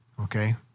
Okay